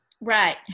right